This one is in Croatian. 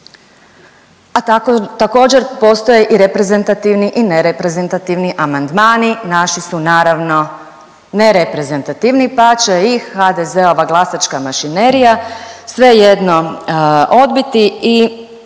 također postoje i reprezentativni i nereprezentativni amandmani, naši su naravno nereprezentativni, pa će ih HDZ-ova glasačka mašinerija svejedno odbiti i